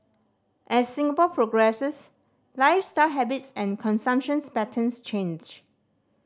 as Singapore progresses lifestyle habits and consumption's patterns change